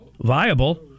viable